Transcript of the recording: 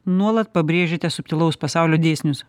nuolat pabrėžiate subtilaus pasaulio dėsnius